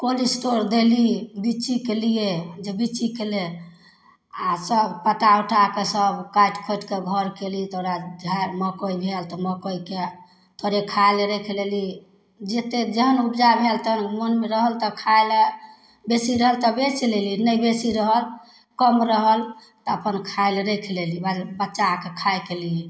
cold storage देली बिच्चीके लिए जे बिच्चीके लेल आओर सब पटा उटाकऽ सब काटि खोँटिकऽ घर कएली ओकराबाद झाड़ि मकइ भेल तऽ मकइके थोड़े खाइले राखि लेली जतेक जेहन उपजा भेल तेहन मोनमे रहल तऽ खाइले बेसी रहल तऽ बेचि लेली नहि बेसी रहल कम रहल तऽ अपन खाइले राखि लेली माने बच्चा आरके खाइके लिए